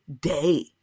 day